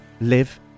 live